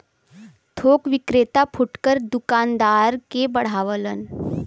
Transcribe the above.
थोक विक्रेता फुटकर दूकानदार के बढ़ावलन